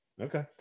Okay